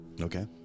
Okay